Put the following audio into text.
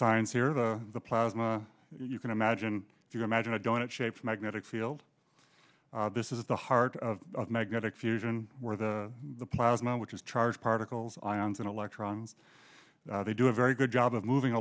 science here to the plasma you can imagine if you imagine a donut shaped magnetic field this is the heart of magnetic fusion where the plows one which is charged particles ions and electrons they do a very good job of moving